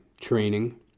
training